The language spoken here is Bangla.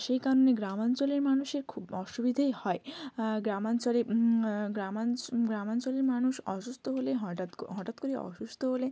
সেই কারণে গ্রামাঞ্চলের মানুষের খুব অসুবিধেই হয় গ্রামাঞ্চলে গ্রামাঞ্চলের মানুষ অসুস্থ হলে হঠাৎ হঠাৎ করেই অসুস্থ হলে